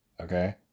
Okay